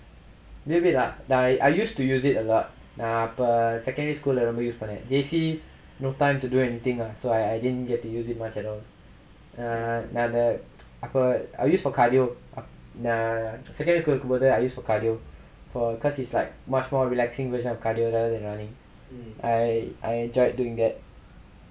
damn it lah I I used to use it a lot நா அப்ப:naa appa secondary school lah ரொம்ப:romba use பண்ண:panna J_C no time to do anything lah so I didn't get to use it much at all err நா நா அந்த அப்போ:naa naa antha appo I use for cardio ya நா:naa second year இருக்கும்போது:irukkumpothu then I use for cardio cause it's like much more relaxing I I enjoyed doing it